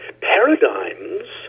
paradigms